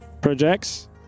projects